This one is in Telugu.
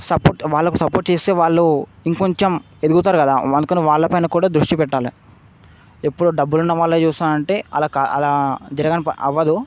సపోర్ట్ వాళ్లకు సపోర్ట్ చేస్తే వాళ్ళు ఇంకొంచెం ఎదుగుతారు కదా అందుకనే వాళ్ళపైన కూడా దృష్టి పెట్టాలే ఎప్పుడు డబ్బులున్నవాళ్ళే చూస్తానంటే అలా కా అలా జరగనిప అవ్వదూ